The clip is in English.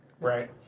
Right